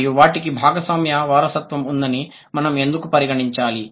మరియు వాటికి భాగస్వామ్య వారసత్వం ఉందని మనం ఎందుకు పరిగణించాలి